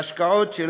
נובו השקעות,